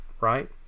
right